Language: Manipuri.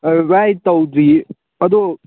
ꯚꯥꯏ ꯇꯧꯗ꯭ꯔꯤ ꯑꯗꯣ